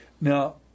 Now